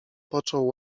począł